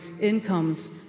incomes